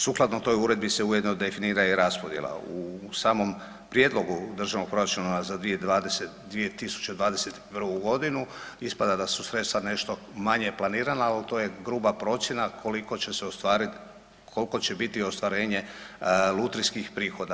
Sukladno toj Uredbi se ujedno definira i raspodjela u samom Prijedlogu Državnog proračuna za 2021. g. Ispada da su sredstva nešto manje planirana, ali to je grupa procjena, koliko će se ostvariti, koliko će biti ostvarenje lutrijskih prihoda.